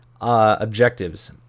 objectives